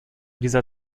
dieser